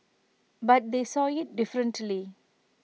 but they saw IT differently